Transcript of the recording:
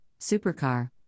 supercar